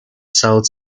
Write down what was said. sault